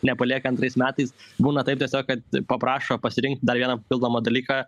nepalieka antrais metais būna taip tiesiog kad paprašo pasirinkti dar vieną papildomą dalyką